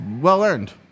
well-earned